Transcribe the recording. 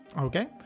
Okay